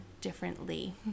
differently